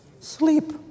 Sleep